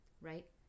Right